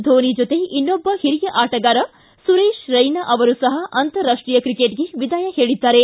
ಧೋನಿ ಜೊತೆ ಇನ್ನೊಬ್ಬ ಹಿರಿಯ ಆಟಗಾರ ಸುರೇಶ್ ರೈನಾ ಅವರೂ ಸಹ ಅಂತಾರಾಷ್ಟೀಯ ಕ್ರಿಕೆಟ್ಗೆ ವಿದಾಯ ಹೇಳಿದ್ದಾರೆ